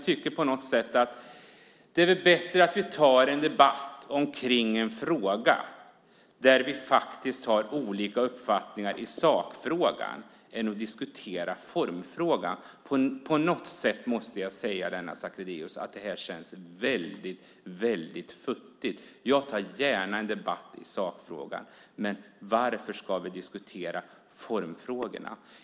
Men på något sätt är det väl bättre att ta en debatt om en fråga där vi faktiskt har olika uppfattningar i sak än att diskutera formen. På något sätt känns detta väldigt futtigt; det måste jag säga, Lennart Sacrédeus! Jag tar gärna en debatt om sakfrågan. Men varför ska vi diskutera formfrågorna?